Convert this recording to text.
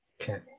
Okay